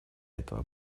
этого